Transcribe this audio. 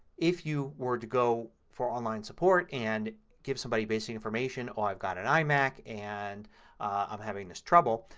if you were to go for online support and give somebody basic information, oh i've got an imac and i'm having this trouble,